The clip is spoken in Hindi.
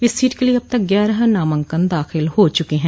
इस सीट के लिए अब तक ग्यारह नामांकन दाखिल हो चुके हैं